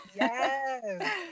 Yes